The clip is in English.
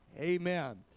Amen